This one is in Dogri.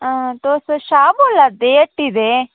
तुस शाह् बोल्ला दे हट्टी दे